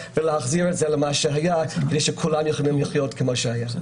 ולהחזיר את זה למה שהיה כדי שכולם יוכלו לחיות כפי שהיה קודם לכן.